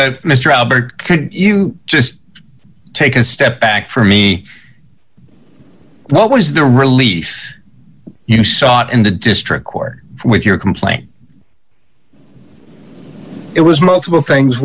mr albert could you just take a step back for me what was the relief you sought in the district court with your complaint it was multiple things